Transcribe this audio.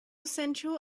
central